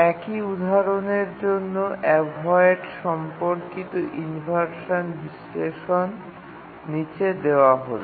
একই উদাহরণের জন্য অ্যাভয়েড সম্পর্কিত ইনভারশান বিশ্লেষণ নীচে দেওয়া হল